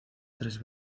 tres